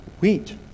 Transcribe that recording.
wheat